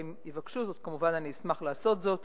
אך אם יבקשו זאת כמובן אשמח לעשות זאת,